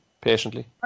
patiently